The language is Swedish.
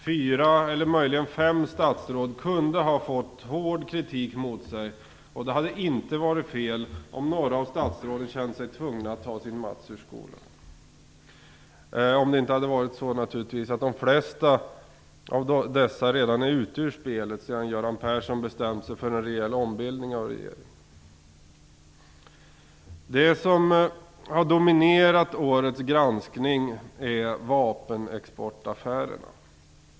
Fyra eller möjligen fem statsråd kunde ha fått hård kritik riktad mot sig, och det hade inte varit fel om några av statsråden känt sig tvungna att ta sin mats ur skolan; om det inte hade varit så att de flesta av dessa redan är ute ur spelet sedan Göran Persson bestämt sig för en rejäl ombildning av regeringen. Det som har dominerat årets granskning är vapenexportaffärerna.